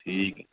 ਠੀਕ ਹੈ